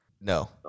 No